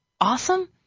awesome